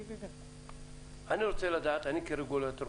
אני כרגולטור,